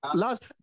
last